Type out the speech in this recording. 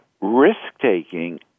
risk-taking